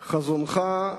חזונך,